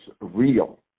real